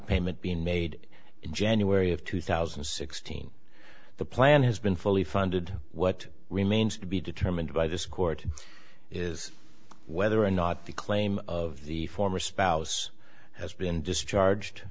payment being made in january of two thousand and sixteen the plan has been fully funded what remains to be determined by this court is whether or not the claim of the former spouse has been discharged